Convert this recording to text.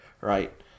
right